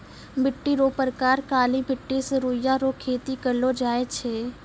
मिट्टी रो प्रकार काली मट्टी मे रुइया रो खेती करलो जाय छै